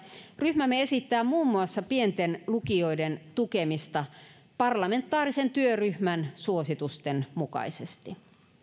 ryhmämme esittää muun muassa pienten lukioiden tukemista parlamentaarisen työryhmän suositusten mukaisesti